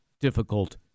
difficult